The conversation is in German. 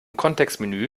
kontextmenü